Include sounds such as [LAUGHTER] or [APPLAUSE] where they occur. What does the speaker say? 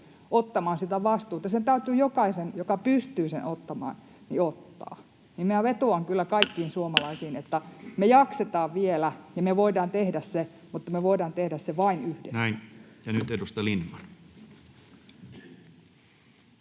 ottamaan sitä vastuuta. Se täytyy jokaisen, joka pystyy sen ottamaan, ottaa. Ja minä vetoan kyllä [NOISE] kaikkiin suomalaisiin, että me jaksetaan vielä, ja me voidaan tehdä se, mutta me voidaan tehdä se vain yhdessä. Näin. — Ja nyt edustaja Lindtman.